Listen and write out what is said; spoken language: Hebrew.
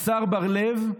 השר בר לב,